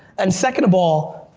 and second of all,